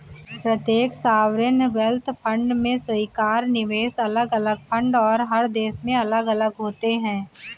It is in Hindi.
प्रत्येक सॉवरेन वेल्थ फंड में स्वीकार्य निवेश अलग अलग फंड और हर देश में अलग अलग होते हैं